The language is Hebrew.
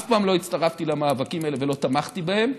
אף פעם לא הצטרפתי למאבקים אלה ולא תמכתי בהם,